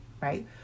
Right